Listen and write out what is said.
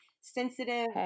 sensitive